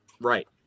Right